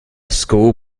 school